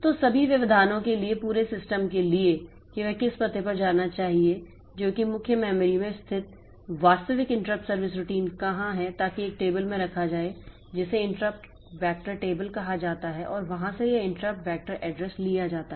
तो सभी व्यवधानों के लिए पूरे सिस्टम के लिए कि वह किस पते पर जाना चाहिए जो कि मुख्य मेमोरी में स्थित वास्तविक इंटरप्ट सर्विस रूटीन कहां है ताकि एक टेबल में रखा जाए जिसे इंटरप्ट वेक्टर टेबल कहा जाता है और वहां से यह इंटरप्ट वेक्टर एड्रेस लिया जाता है